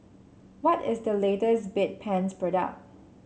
what is the latest Bedpans product